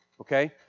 Okay